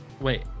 Wait